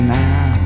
now